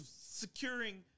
securing